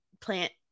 plant